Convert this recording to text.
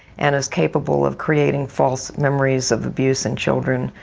and as capable of creating false memories of abuse in children,